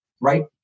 right